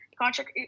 contract